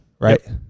right